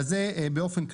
אז זה באופן כללי.